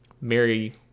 Mary